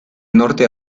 norte